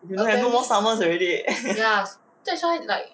you have no more summers already